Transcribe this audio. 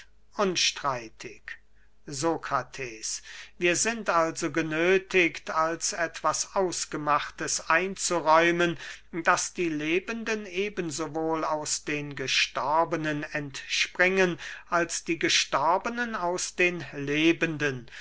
unstreitig sokrates wir sind also genöthigt als etwas ausgemachtes einzuräumen daß die lebenden eben sowohl aus den gestorbenen entspringen als die gestorbenen aus den lebenden